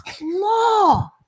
law